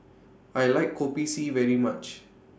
I like Kopi C very much